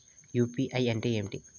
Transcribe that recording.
UPI అంటే ఏమి?